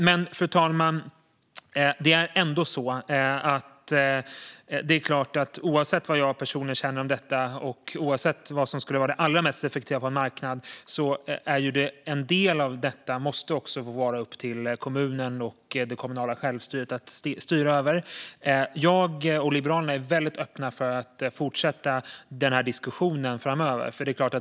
Men, fru talman, oavsett vad jag personligen känner och oavsett vad som skulle vara det allra mest effektiva på en marknad måste en del av detta få vara upp till kommunen och det kommunala självstyret att styra över. Jag och Liberalerna är väldigt öppna för att fortsätta den här diskussionen framöver.